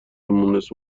مونس